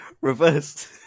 Reversed